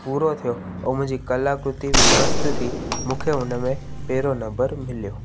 पूरो थियो ऐं मुंहिंजी कलाकृती बि मस्तु थी मूंखे उनमें पहिरों नम्बर मिलियो